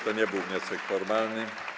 To nie był wniosek formalny.